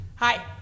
Hi